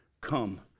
come